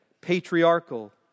patriarchal